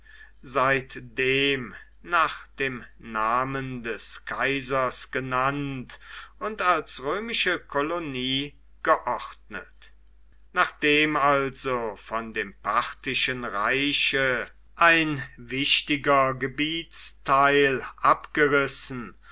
seitdem nach dem namen des kaisers genannt und als römische kolonie geordnet nachdem also von dem parthischen reiche ein wichtiger gebietsteil abgerissen